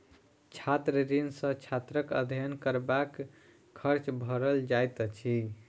छात्र ऋण सॅ छात्रक अध्ययन करबाक खर्च भरल जाइत अछि